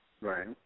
Right